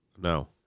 No